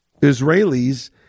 Israelis